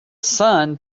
sun